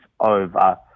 over